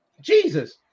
Jesus